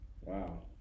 Wow